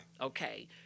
okay